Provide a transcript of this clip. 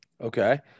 Okay